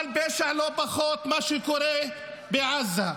אבל פשע לא פחות, מה שקורה בעזה.